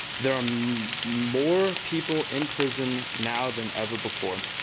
there are um more people in prison now than ever before,